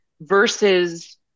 versus